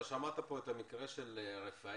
אתה שמעת פה את המקרה של רפאל,